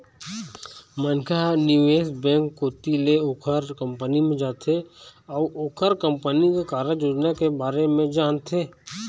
मनखे ह निवेश बेंक कोती ले ओखर कंपनी म जाथे अउ ओखर कंपनी के कारज योजना के बारे म जानथे